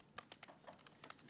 המחכות ליישומן.